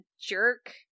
jerk